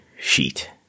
sheet